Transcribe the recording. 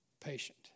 patient